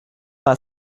par